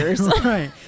Right